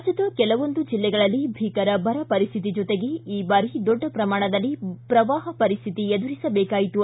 ರಾಜ್ಯದ ಕೆಲವೊಂದು ಜಿಲ್ಲೆಗಳಲ್ಲಿ ಭೀಕರ ಬರ ಪರಿಸ್ಥಿತಿ ಜೊತೆಗೆ ಈ ಬಾರಿ ದೊಡ್ಡ ಪ್ರಮಾಣದಲ್ಲಿ ಪ್ರವಾಹ ಪರಿಸ್ಥಿತಿ ಎದುರಿಸಬೇಕಾಯಿತು